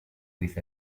with